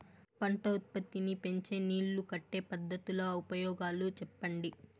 పంట ఉత్పత్తి నీ పెంచే నీళ్లు కట్టే పద్ధతుల ఉపయోగాలు చెప్పండి?